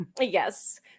Yes